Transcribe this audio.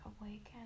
Awaken